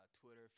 Twitter